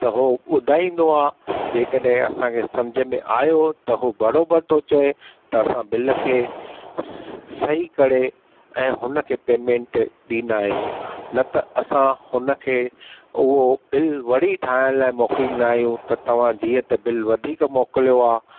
त उहो ॿुधाइन्दो आहे जे कॾहिं असां खे समझ में आयो त बरोबर तो चए त असां बिल खे सही करे ऐं हुन खे पेमेंट ॾींदा आहियूं न त असां हुन खे उहो बिल वरी ठाहिण लाइ मोकलीइन्दा आहियूं त तव्हां जीअं त बिल वधीक मोकिलो आहे